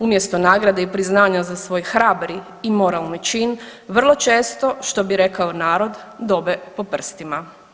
Umjesto nagrade i priznanja za svoj hrabri i moralni čin vrlo često što bi rekao narod dobe po prstima.